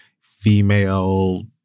female